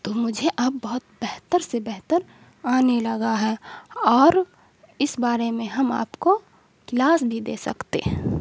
تو مجھے اب بہت بہتر سے بہتر آنے لگا ہے اور اس بارے میں ہم آپ کو کلاس بھی دے سکتے ہیں